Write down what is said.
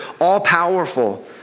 all-powerful